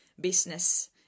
business